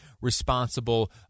responsible